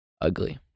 ugly